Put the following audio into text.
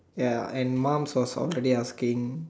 ya and mom was already asking